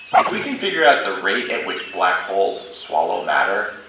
if we can figure out the rate at which black holes swallow matter,